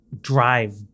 drive